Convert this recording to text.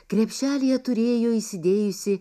krepšelyje turėjo įsidėjusi